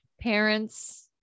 parents